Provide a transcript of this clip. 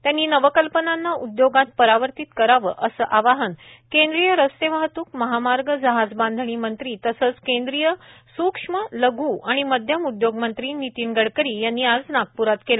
त्यांनी नवकल्पनांना उद्योगात परावर्तित करावे असे आवाहन केंद्रीय रस्ते वाहतूक महामार्ग जहाज बांधणी मंत्री तसेच केंद्रीय सूक्ष्म लघू आणि मध्यम उद्योग मंत्री नितीन गडकरी यांनी आज नागप्रात केले